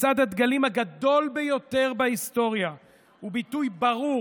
מצעד הדגלים הגדול ביותר בהיסטוריה הוא ביטוי ברור